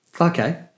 Okay